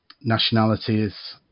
nationalities